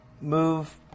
move